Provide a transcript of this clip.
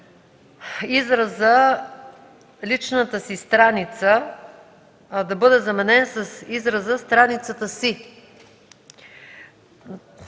изразът „личната си страница” да бъде заменен с израза „страницата си”.